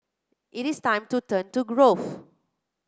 it is time to turn to growth